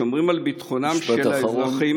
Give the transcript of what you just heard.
שומרים על ביטחונם של האזרחים,